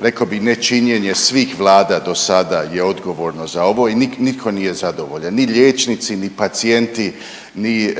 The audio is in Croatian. rekao bih nečinjenje svih vlada do sada je odgovorno za ovo i nitko nije zadovoljan. Ni liječnici ni pacijenti ni,